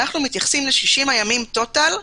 אנחנו מתייחסים ל-60 הימים טוטאל.